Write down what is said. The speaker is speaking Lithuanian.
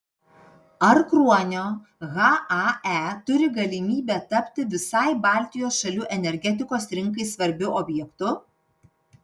ar kruonio hae turi galimybę tapti visai baltijos šalių energetikos rinkai svarbiu objektu